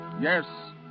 Yes